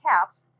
caps